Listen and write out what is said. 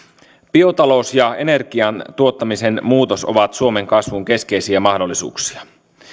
biotalous ja energian tuottamisen muutos ovat suomen kasvun keskeisiä mahdollisuuksia